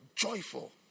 joyful